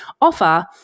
offer